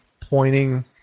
pointing